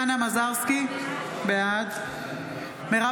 מזרסקי, בעד מרב